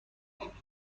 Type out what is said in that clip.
همینطور